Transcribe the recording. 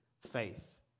faith